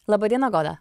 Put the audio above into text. laba diena goda